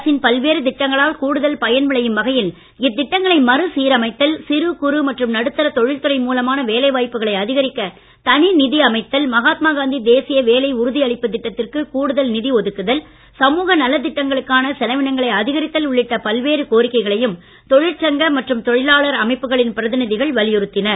அரசின் பல்வேறு திட்டங்களால் கூடுதல் பயன் விளையும் மறு சீரமைத்தல் சிறு குறு மற்றும் நடுத்தர வகையில் இத்திட்டங்களை தொழில்துறை மூலமான வேலை வாய்ப்புகளை அதிகரிக்க தனி நிதி அமைத்தல் மகாத்மாகாந்தி தேசிய வேலை உறுதி அளிப்புத் திட்டத்திற்கு கூடுதல் நிதி ஒதுக்குதல் சமூக நலத் திட்டங்களுக்கான செலவினங்களை அதிகரித்தல் உள்ளிட்ட பல்வேறு கோரிக்கைகளையும் தொழிற்சங்க மற்றும் தொழிலாளர் அமைப்புகளின் பிரதிநிதிகள் வலியுறுத்தினர்